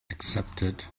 accepted